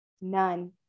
none